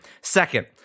Second